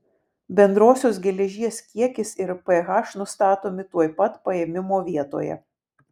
bendrosios geležies kiekis ir ph nustatomi tuoj pat paėmimo vietoje